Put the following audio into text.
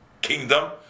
kingdom